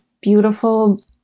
beautiful